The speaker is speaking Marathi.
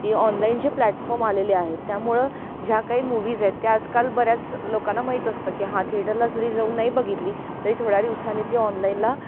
की ऑनलाईन जे प्लॅटफॉर्म आलेले आहेत त्यामुळं ज्या काही मूवीज आहेत त्या आजकाल बऱ्याच लोकांना माहीत असतं की हा थिएटरला जरी जाऊन नाही बघितली तरी थोड्या दिवसांनी ती ऑनलाईनला